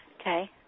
Okay